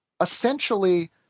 essentially